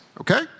okay